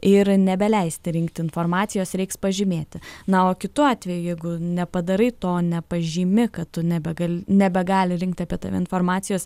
ir nebeleisti rinkti informacijos reiks pažymėti na o kitu atveju jeigu nepadarai to nepažymi kad tu nebegal nebegali rinkti apie tave informacijos